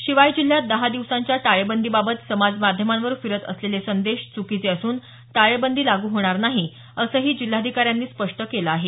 शिवाय जिल्ह्यात दहा दिवसांच्या टाळेबंदीबाबत समाजमाध्यमांवर फिरत असलेले संदेश चुकीचे असून टाळेबंदी लागू होणार नाही असंही जिल्हाधिकाऱ्यांनी स्पष्ट केलं आहे